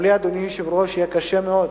אדוני היושב-ראש, יהיה קשה מאוד